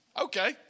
okay